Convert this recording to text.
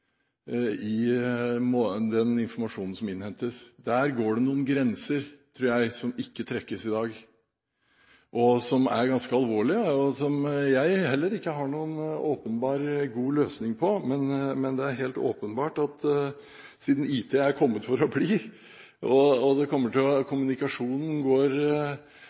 i forbindelse med den informasjon som innhentes. Der går det noen grenser, tror jeg, som ikke trekkes i dag, som er ganske alvorlig. Jeg har heller ikke noen åpenbar, god løsning på det. Men det er helt åpenbart at siden IT er kommet for å bli og kommunikasjonen går mye lettere og